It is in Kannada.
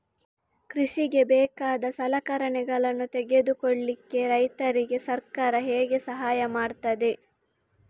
ಕೃಷಿಗೆ ಬೇಕಾದ ಸಲಕರಣೆಗಳನ್ನು ತೆಗೆದುಕೊಳ್ಳಿಕೆ ರೈತರಿಗೆ ಸರ್ಕಾರ ಹೇಗೆ ಸಹಾಯ ಮಾಡ್ತದೆ?